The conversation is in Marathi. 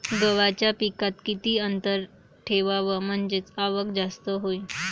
गव्हाच्या पिकात किती अंतर ठेवाव म्हनजे आवक जास्त होईन?